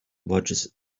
watches